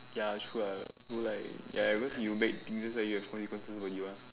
ya it's true ah you like because you bad things that why you have consequences for you ah